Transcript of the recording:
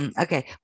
Okay